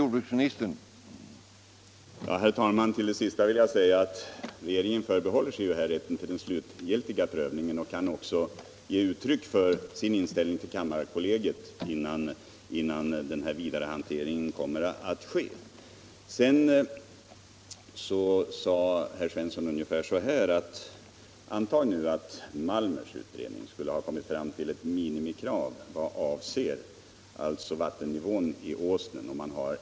Herr talman! Till det sista vill jag säga att regeringen förbehåller sig rätten till den slutgiltiga prövningen och kan också ge uttryck för sin inställning till kammarkollegiet innan den vidare hanteringen sker. Herr Svensson uttryckte farhågor för att minimikraven i Malmers utredning för vattennivån i Åsnen skulle kompromissas bort vid en slutlig prövning.